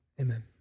amen